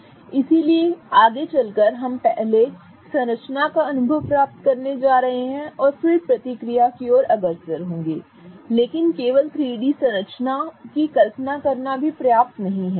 इसलिए इसलिए आगे चलकर हम पहले संरचना का अनुभव प्राप्त करने जा रहे हैं और फिर प्रतिक्रिया की ओर अग्रसर होंगे लेकिन केवल 3 डी संरचना की कल्पना करना भी पर्याप्त नहीं है